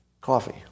coffee